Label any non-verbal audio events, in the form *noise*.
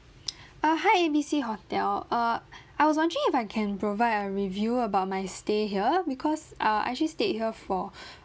*noise* uh hi A B C hotel uh I was wondering if I can provide a review about my stay here because uh I actually stayed here for *breath*